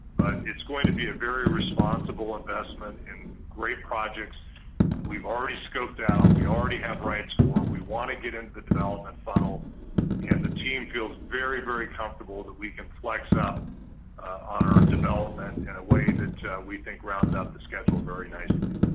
it's going to be a very responsible investment and great projects that we've already scooped out, we already have rights for, we want to get into the development funnel and the team feels very, very comfortable that we can flex up on our development in a way that we think rounds up the schedule very nicely.